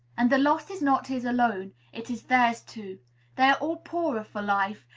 and the loss is not his alone, it is theirs too they are all poorer for life,